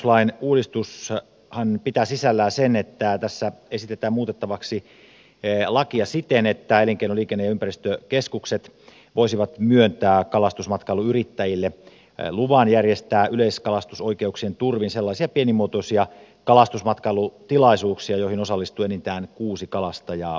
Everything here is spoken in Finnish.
tämä kalastuslain uudistushan pitää sisällään sen että tässä esitetään muutettavaksi lakia siten että elinkeino liikenne ja ympäristökeskukset voisivat myöntää kalastusmatkailuyrittäjille luvan järjestää yleiskalastusoikeuksien turvin sellaisia pienimuotoisia kalastusmatkailutilaisuuksia joihin osallistuu enintään kuusi kalastajaa kerrallaan